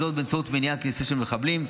וזאת באמצעות מניעת כניסה של מחבלים.